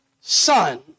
Son